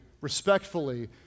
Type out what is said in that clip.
respectfully